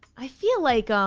i feel like. um